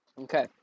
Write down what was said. Okay